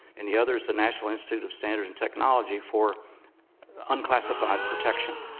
and the other is the national institute of standards and technology for unclassified protection.